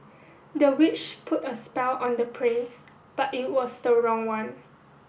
the witch put a spell on the prince but it was the wrong one